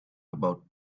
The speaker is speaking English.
about